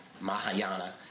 Mahayana